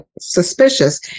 suspicious